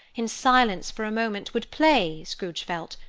in silence for a moment, would play, scrooge felt,